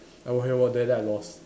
I walk here walk there then I lost